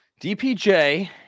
dpj